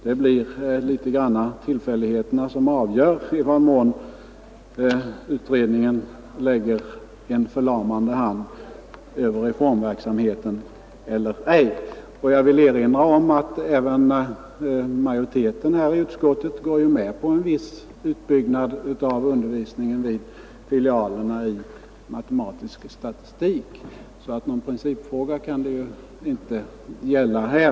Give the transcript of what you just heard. Det blir således tillfälligheterna som avgör i vad mån utredningen lägger en förlamande hand över reformverksamheten eller ej. Jag vill erinra om att även majoriteten i utskottet går med på en viss utbyggnad av utbildningen vid filialerna, nämligen med ämnet matematisk statistik. Någon principfråga kan det följaktligen inte gälla här.